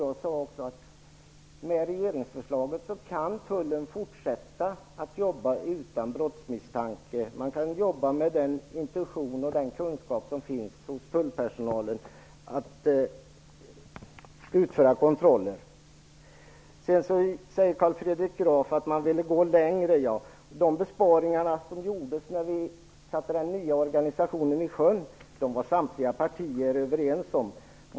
Med regeringsförslaget kan tullen fortsätta att jobba utan att misstanke om brott finns. Man kan jobba med den intention och kunskap som finns hos tullpersonalen när det gäller att utföra kontroller. Carl Fredrik Graf säger att moderaterna vill gå längre. De besparingar som gjordes när vi satte den nya organisationen i sjön var samtliga partier överens om.